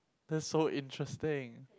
that's so interesting